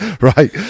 Right